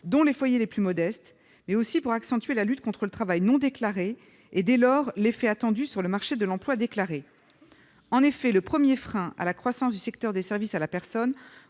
dont les foyers les plus modestes -, mais aussi pour accentuer la lutte contre le travail non déclaré, et dès lors l'effet attendu sur le marché de l'emploi déclaré. En effet, le premier frein à la croissance du secteur des services à la personne